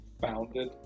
Founded